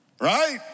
Right